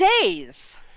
days